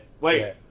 Wait